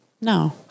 No